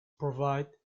provide